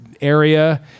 area